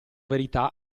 verità